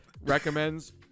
recommends